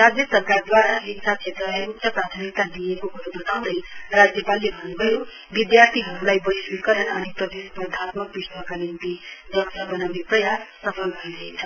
राज्य सरकारदवारा शिक्षा क्षेत्रलाई उच्च प्राथमिकता दिइएको क्रो बताउँदै राज्यपालले अन्न्भयो विधार्थीहरुलाई वैश्वीकरण अनि प्रतिस्पर्धात्मक विश्वका निम्ति दक्ष वनाउने प्रयास सफल भइरहेछ